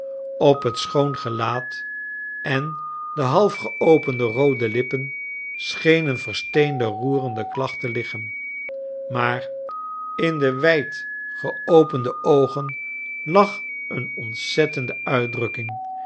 op het schoon gelaat en de half geopende roode lippen scheen een versteende roerende klacht te liggen maar in de wijdgeopende oogen lag een ontzettende uitdrukking